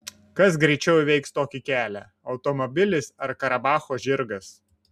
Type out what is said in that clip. kas greičiau įveiks tokį kelią automobilis ar karabacho žirgas